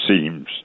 seems